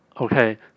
Okay